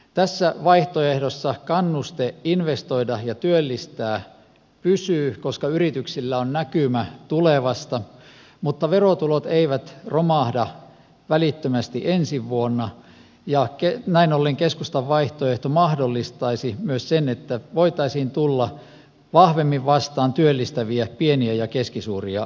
tässä vaihtoehdossa kannuste investoida ja työllistää pysyy koska yrityksillä on näkymä tulevasta mutta verotulot eivät romahda välittömästi ensi vuonna ja näin ollen keskustan vaihtoehto mahdollistaisi myös sen että voitaisiin tulla vahvemmin vastaan työllistäviä pieniä ja keskisuuria yrityksiä